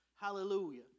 Hallelujah